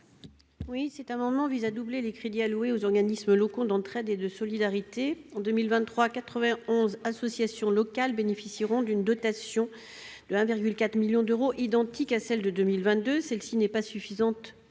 Cet amendement vise à doubler les crédits alloués aux organismes locaux d'entraide et de solidarité (Oles). En 2023, 91 associations locales bénéficieront d'une dotation de 1,4 million d'euros, identique à celle de 2022. Nous le savons d'ores et